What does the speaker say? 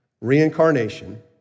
reincarnation